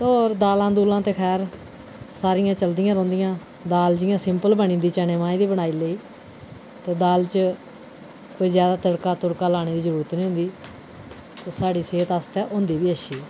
ते होर दालां दूंला ते खैर सारियां चलदियां रौंह्दिंया दाल जि'यां सिम्पल बनी दी चने माहें दी बनाई लेई ते दाल च कोई जैदा तड़का तुड़का लाने दी जरूरत नि होंदी ते साढ़ी सेह्त आस्तै होंदी बी अच्छी ऐ